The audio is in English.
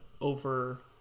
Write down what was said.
over